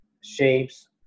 shapes